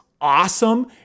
awesome